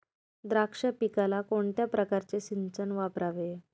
द्राक्ष पिकाला कोणत्या प्रकारचे सिंचन वापरावे?